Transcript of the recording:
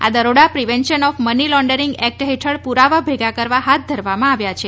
આ દરોડા Prevention of Money Laundering Act હેઠળ પુરાવા ભેગા કરવા હાથ ધરવામાં આવ્યા છે